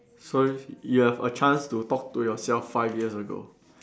so you have a chance to talk to yourself five years ago